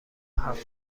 هفت